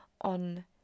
on